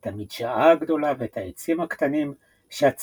את המדשאה הגדולה ואת העצים הקטנים שהצמרות